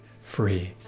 free